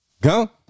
Go